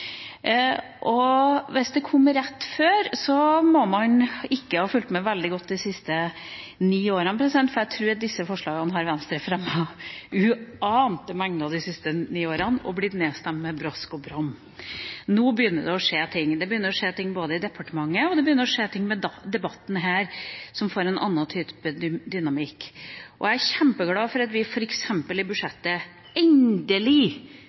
Hvis det kom rett før, kan man ikke ha fulgt veldig godt med de siste ni årene, for slike forslag har Venstre fremmet i uante mengder de siste ni årene og blitt nedstemt med brask og bram. Nå begynner det å skje ting. Det begynner å skje ting både i departementet og med debatten her som gir en annen type dynamikk. Jeg er kjempeglad for at vi f.eks. i budsjettet endelig